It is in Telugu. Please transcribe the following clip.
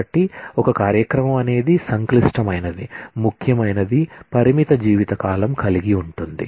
కాబట్టి ఒక కార్యక్రమం అనేది సంక్లిష్టమైనది ముఖ్యమైనది పరిమిత జీవితకాలం కలిగి ఉంటుంది